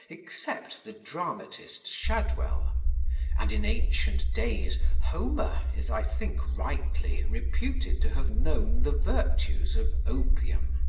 except the dramatist shadwell and in ancient days homer is i think rightly reputed to have known the virtues of opium.